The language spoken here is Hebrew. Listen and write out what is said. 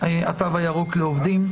התו הירוק לעובדים,